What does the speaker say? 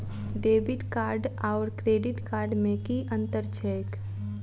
Debit card आओर credit card मे की अन्तर छैक?